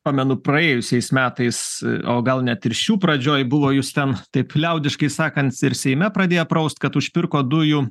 pamenu praėjusiais metais o gal net ir šių pradžioj buvo jus ten taip liaudiškai sakant ir seime pradėjo praust kad užpirko dujų